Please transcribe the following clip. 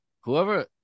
Whoever